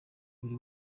buri